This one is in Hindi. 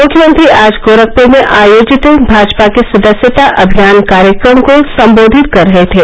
मुख्यमंत्री आज गोरखपुर में आयोजित भाजपा के सदस्यता अभियान कार्यक्रम को सम्बोधित कर रहे थे